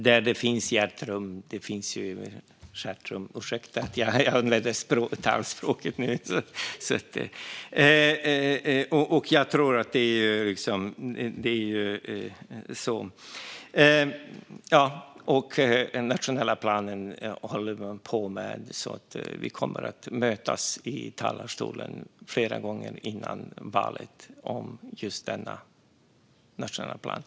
Där det finns hjärterum finns det stjärterum - ursäkta att jag använder det ordspråket, men jag tror att det är så! Den nationella planen håller man på med, så vi kommer att mötas i talarstolen flera gånger före valet om denna nationella plan.